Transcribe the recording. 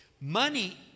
money